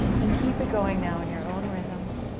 and keep it going now in your own rhythm.